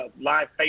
live